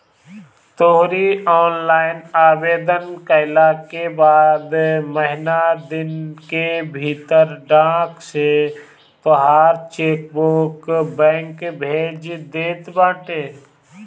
तोहरी ऑनलाइन आवेदन कईला के बाद महिना दिन के भीतर डाक से तोहार चेकबुक बैंक भेज देत बाटे